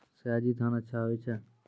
सयाजी धान अच्छा होय छै?